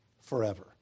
forever